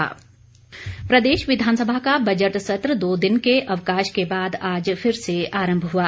विधानसभा प्रदेश विधानसभा का बजट सत्र दो दिन के अवकाश के बाद आज फिर से आरंभ हआ